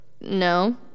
No